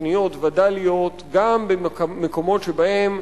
תוכניות וד"ליות גם במקומות שבהם,